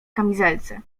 kamizelce